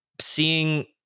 seeing